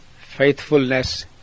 Faithfulness